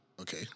Okay